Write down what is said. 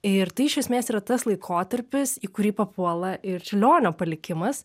ir tai iš esmės yra tas laikotarpis į kurį papuola ir čiurlionio palikimas